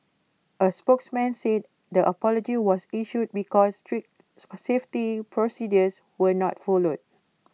A spokesman said the apology was issued because strict safety procedures were not followed